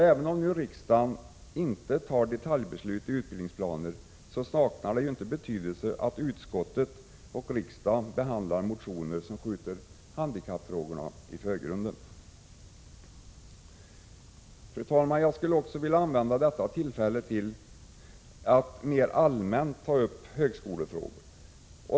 Även om nu riksdagen inte tar detaljbeslut i utbildningsplaner, saknar det inte betydelse att utskottet och riksdagen behandlar motioner som skjuter handikappfrågorna i förgrunden. Fru talman! Jag vill använda detta tillfälle till att mera allmänt ta upp högskolefrågor.